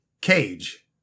Cage